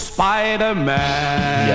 Spider-Man